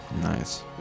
Nice